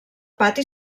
pati